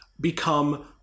become